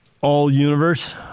All-universe